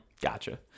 Gotcha